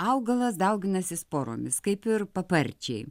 augalas dauginasi sporomis kaip ir paparčiai